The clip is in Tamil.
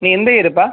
நீங்கள் எந்த இயருப்பா